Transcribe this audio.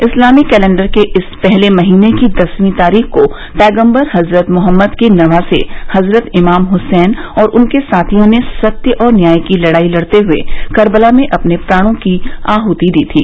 इस्लामी calendar के इस पहले महीने की दसवीं तारीख को पैगम्बर हजरत मुहम्मद के नवासे हजरत इमाम हुसैन और उनके साथियों ने सत्य और न्याय की लडाई लड़ते हुए करबला में अपने प्राणों की आहूति दी थी